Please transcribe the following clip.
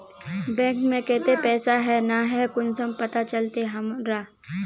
Bank में केते पैसा है ना है कुंसम पता चलते हमरा?